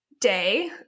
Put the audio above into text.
day